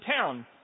town